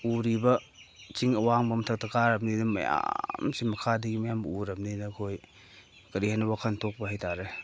ꯎꯔꯤꯕ ꯆꯤꯡ ꯑꯋꯥꯡꯕ ꯃꯊꯛꯇ ꯀꯥꯔꯕꯅꯤꯅ ꯃꯌꯥꯝꯁꯤ ꯃꯈꯥꯗꯒꯤ ꯃꯌꯥꯝ ꯎꯔꯕꯅꯤꯅ ꯑꯩꯈꯣꯏ ꯀꯔꯤ ꯍꯥꯏꯅꯤ ꯋꯥꯈꯟ ꯊꯣꯛꯄ ꯍꯥꯏꯇꯥꯔꯦ